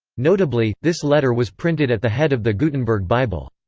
notably, this letter was printed at the head of the gutenberg bible.